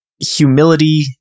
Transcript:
humility